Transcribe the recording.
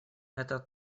это